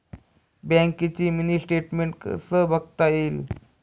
बँकेचं mini statement कसं बघता येईल?